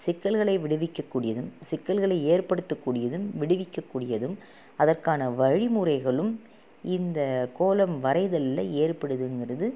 சிக்கல்களை விடுவிக்க கூடியதும் சிக்கல்களை ஏற்படுத்த கூடியதும் விடுவிக்கக்கூடியதும் அதற்கான வழிமுறைகளும் இந்த கோலம் வரைதலில் ஏற்படுதுங்கிறது